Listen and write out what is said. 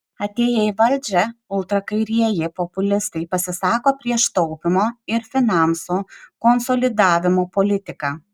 atėję į valdžią ultrakairieji populistai pasisako prieš taupymo ir finansų konsolidavimo politiką